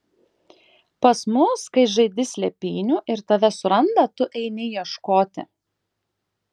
pas mus kai žaidi slėpynių ir tave suranda tu eini ieškoti